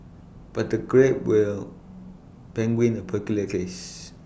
but the grape will penguin A peculiar case